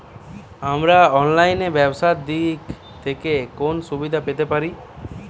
আমরা অনলাইনে ব্যবসার দিক থেকে কোন সুবিধা পেতে পারি?